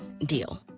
deal